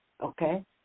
Okay